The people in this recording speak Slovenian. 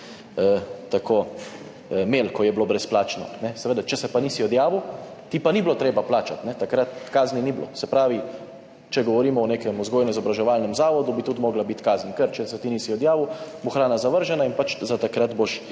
tako imeli, ko je bilo brezplačno, seveda, če se pa nisi odjavil, ti pa ni bilo treba plačati, takrat kazni ni bilo. Se pravi, če govorimo o nekem vzgojno-izobraževalnem zavodu, bi tudi morala biti kazen, ker če se ti nisi odjavil, bo hrana zavržena in pač za takrat boš